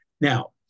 Now